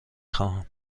خواهم